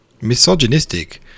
misogynistic